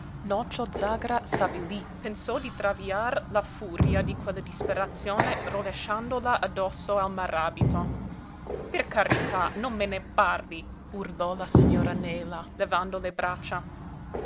nocio zàgara s'avvilí pensò di traviar la furia di quella disperazione rovesciandola addosso al maràbito per carità non me ne parli urlò la signora nela levando le braccia